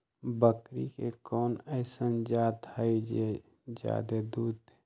बकरी के कोन अइसन जात हई जे जादे दूध दे?